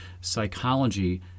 psychology